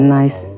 nice